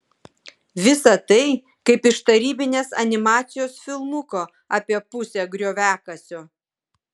visa tai kaip iš tarybinės animacijos filmuko apie pusę grioviakasio